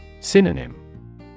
Synonym